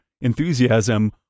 enthusiasm